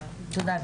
11:10.